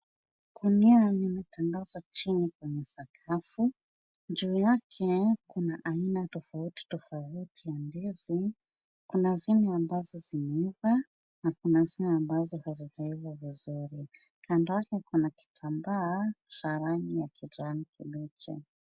Gunia limetandazwa chini kwenye sakafu. Juu yake kuna aina tofauti tofauti ya ndizi. Kuna zile ambazo zimeiva na kuna zile ambazo hazijaiva vizuri. Kando yake kuna kitambaa cha rangi ya kijani kibichi.